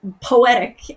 poetic